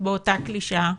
באותה קלישאה